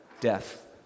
death